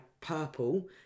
purple